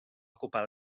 ocupar